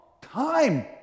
time